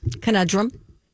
Conundrum